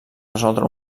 resoldre